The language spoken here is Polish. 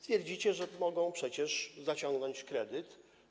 Twierdzicie, że mogą przecież zaciągnąć kredyt.